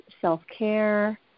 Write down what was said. self-care